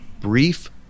brief